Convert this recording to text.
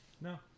No